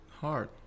hard